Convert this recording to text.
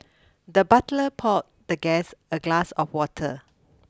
the butler poured the guest a glass of water